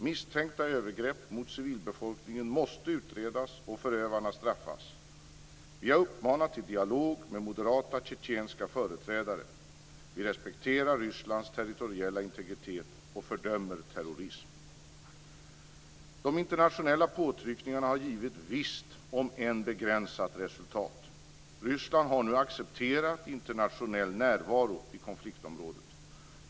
Misstänkta övergrepp mot civilbefolkningen måste utredas och förövarna straffas. Vi har uppmanat till dialog med moderata tjetjenska företrädare. Vi respekterar Rysslands territoriella integritet och fördömer terrorism. De internationella påtryckningarna har givit visst, om än begränsat, resultat. Ryssland har nu accepterat internationell närvaro i konfliktområdet.